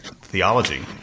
theology